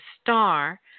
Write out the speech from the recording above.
star